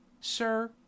sir